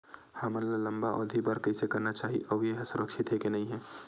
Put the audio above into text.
हमन ला लंबा अवधि के बर कइसे करना चाही अउ ये हा सुरक्षित हे के नई हे?